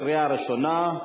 לקריאה ראשונה.